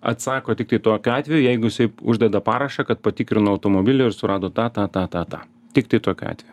atsako tiktai tokiu atveju jeigu jisai uždeda parašą kad patikrino automobilį ir surado tą tą tą tą tą tiktai tokiu atveju